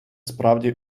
справді